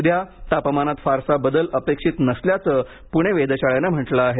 उद्या तापमानात फारसा बदल अपेक्षित नसल्याच प्णे वेधशाळेनं म्हटलं आहे